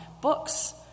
books